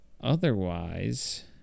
Otherwise